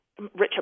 Richard